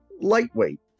Lightweight